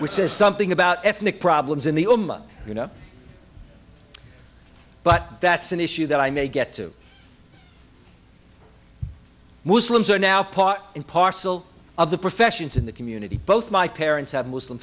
which is something about ethnic problems in the oma you know but that's an issue that i may get to muslims are now part and parcel of the professions in the community both my parents have muslim